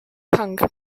punk